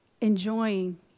Enjoying